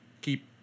keep